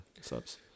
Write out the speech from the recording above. subs